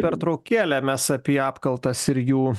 pertraukėlę mes apie apkaltas ir jų